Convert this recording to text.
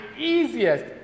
easiest